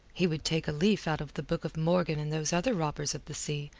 he would take a leaf out of the book of morgan and those other robbers of the sea,